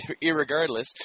irregardless